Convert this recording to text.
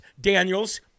Daniels